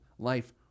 life